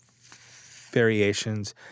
variations